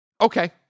okay